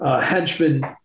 henchman